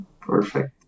Perfect